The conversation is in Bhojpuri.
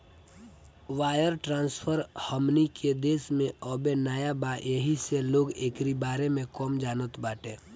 वायर ट्रांसफर हमनी के देश में अबे नया बा येही से लोग एकरी बारे में कम जानत बाटे